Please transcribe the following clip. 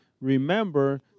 remember